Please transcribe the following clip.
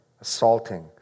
assaulting